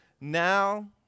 now